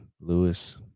Lewis